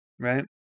Right